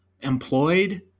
Employed